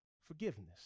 forgiveness